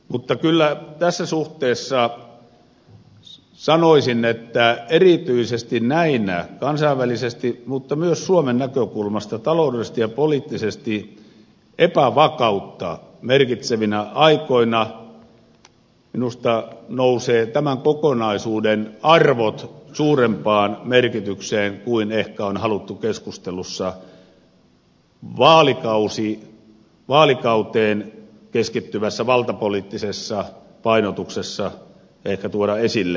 mutta kyllä tässä suhteessa sanoisin että erityisesti näinä kansainvälisesti mutta myös suomen näkökulmasta taloudellisesti ja poliittisesti epävakautta merkitsevinä aikoina minusta nousevat tämän kokonaisuuden arvot suurempaan merkitykseen kuin ehkä on haluttu keskustelussa vaalikauteen keskittyvässä valtapoliittisessa painotuksessa tuoda esille